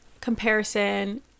comparison